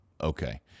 okay